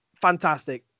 fantastic